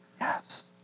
Yes